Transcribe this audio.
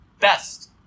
best